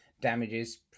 damages